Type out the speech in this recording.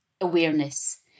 awareness